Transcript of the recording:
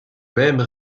même